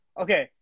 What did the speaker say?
Okay